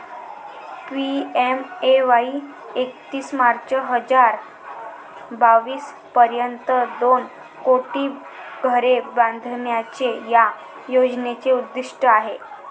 PMAY एकतीस मार्च हजार बावीस पर्यंत दोन कोटी घरे बांधण्याचे या योजनेचे उद्दिष्ट आहे